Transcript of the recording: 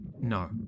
No